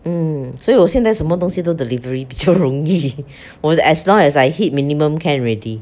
mm 所以我现在什么东西都 delivery 比较容易我 as long as I hit minimum can already